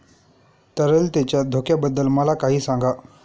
तरलतेच्या धोक्याबद्दल मला काही सांगा